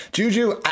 Juju